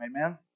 amen